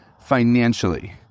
financially